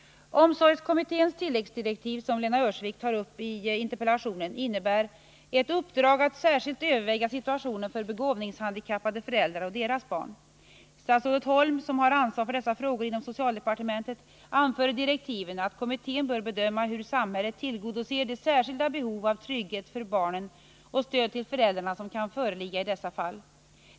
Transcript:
Omsorgskommitténs tilläggsdirektiv, som Lena Öhrsvik tar upp i interpellationen, innebär ett uppdrag att särskilt överväga situationen för begåvningshandikappade föräldrar och deras barn. Statsrådet Holm, som har ansvar för dessa frågor inom socialdepartementet, anför i direktiven att kommittén bör bedöma hur samhället tillgodoser de särskilda behov av trygghet för barnen och stöd till föräldrarna som kan föreligga i dessa fall.